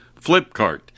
Flipkart